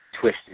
twisted